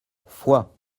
foix